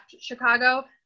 Chicago